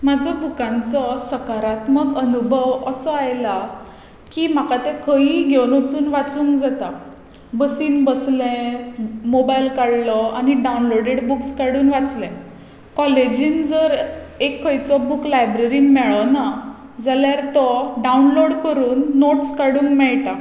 म्हजो बुकांचो सकारात्मक अनुभव असो आयला की म्हाका ते खंयीय घेवन वचून वाचूंक जाता बसीन बसलें मोबायल काडलो आनी डावनलोडेड बुक्स काडून वाचले कॉलेजीन जर एक खंयचो बूक लायब्ररीन मेळ्ळो ना जाल्यार तो डावनलोड करून नोट्स काडूंक मेळटा